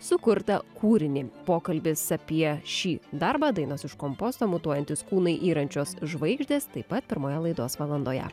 sukurtą kūrinį pokalbis apie šį darbą dainos iš komposto mutuojantys kūnai yrančios žvaigždės taip pat pirmoje laidos valandoje